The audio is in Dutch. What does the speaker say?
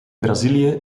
brazilië